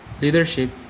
Leadership